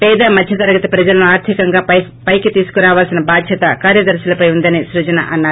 పేద మధ్య తరగతి ప్రజలను ఆర్గికంగా పైకి తీసుకురావలసిన బాధ్యత కార్యదర్పులపై ఉందని సృజన అన్నారు